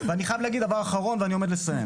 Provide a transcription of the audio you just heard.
ואני חייב להגיד דבר אחרון ואני מסיים,